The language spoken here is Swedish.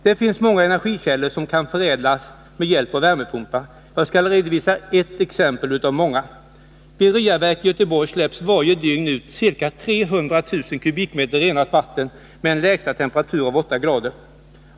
Det finns många energikällor som kan förädlas med hjälp av värmepumpar. Jag skall redovisa ett exempel av många. Vid Ryaverket i Göteborg släpps varje dygn ut ca 300 000 m? renat vatten med en lägsta temperatur av +80C.